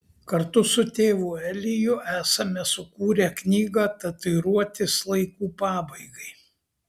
kartu su tėvu eliju esame sukūrę knygą tatuiruotės laikų pabaigai